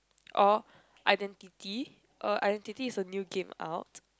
or identity uh identity is a new game out